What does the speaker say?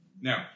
Now